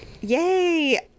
Yay